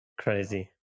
Crazy